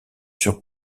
sur